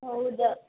ಹೌದಾ